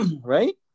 Right